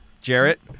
Jarrett